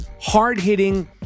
hard-hitting